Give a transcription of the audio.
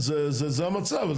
זה המצב,